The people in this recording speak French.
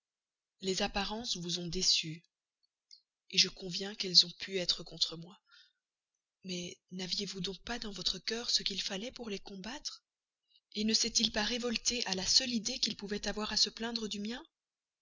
les apparences vous ont déçue je conviens qu'elles ont pu être contre moi mais naviez vous donc pas dans votre cœur ce qu'il fallait pour les combattre ne s'est-il pas révolté à la seule idée qu'il pouvait avoir à se plaindre du mien